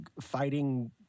fighting